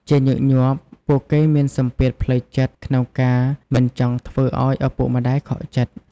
ជាញឹកញាប់ ពួកគេមានសម្ពាធផ្លូវចិត្តក្នុងការមិនចង់ធ្វើឲ្យឪពុកម្តាយខកចិត្ត។